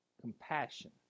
compassion